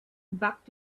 back